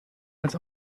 als